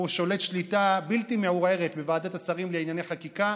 הוא שולט שליטה בלתי מעורערת בוועדת השרים לענייני חקיקה,